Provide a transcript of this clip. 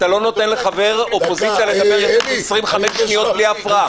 אתה לא נותן לחבר אופוזיציה לדבר 25 שניות בלי הפרעה.